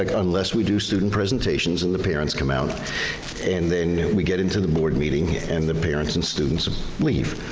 like unless we do student presentations and the parents come out and then we get into the board meeting and the parents and students leave.